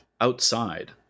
outside